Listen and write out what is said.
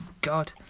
God